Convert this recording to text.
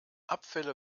abfälle